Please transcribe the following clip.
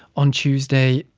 on tuesday.